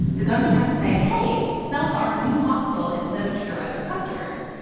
the government has to say, hey, sell to our new hospital instead of to your other customers.